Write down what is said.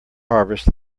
harvest